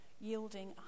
yielding